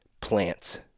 plants